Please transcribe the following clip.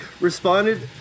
responded